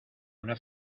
una